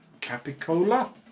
Capicola